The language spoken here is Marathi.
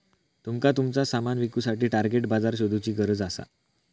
तुमका तुमचा सामान विकुसाठी टार्गेट बाजार शोधुची गरज असा